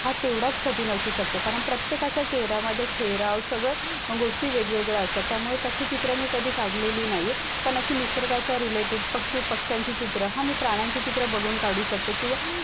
हा तेवढाच कठीण असू असतो कारण प्रत्येकाचा चेहरामध्ये ठेराव सगळं गोष्टी वेगवेगळ्या असतात त्यामुळे तशी चित्रं मी कधी काढलेली नाही आहे पण अशी निसर्गाच्या रिलेटेड पशुपक्ष्यांची चित्र हां मी प्राण्यांची चित्रं बघून काढू शकते किंवा